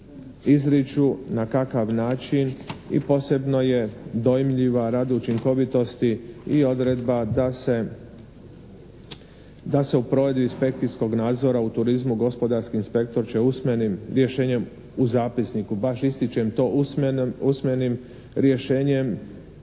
izriču, na kakav način i posebno je dojmljiva rad učinkovitosti i odredba da se u provedbi inspekcijskog nadzora u turizmu gospodarski inspektor će usmenim rješenjem u zapisniku, baš ističem to "usmenim rješenjem",